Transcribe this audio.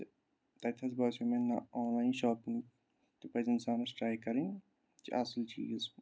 تہٕ تَتہِ حظ باسیو مےٚ نہ آنلاین شاپِنٛگ تہِ پَزِ اِنسانَس ٹرٛاے کَرٕنۍ یہِ چھِ اَصٕل چیٖز